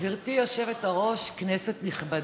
גברתי היושבת-ראש, כנסת נכבדה,